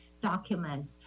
document